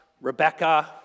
Rebecca